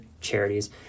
charities